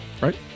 right